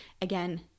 again